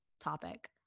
topic